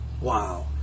Wow